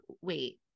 wait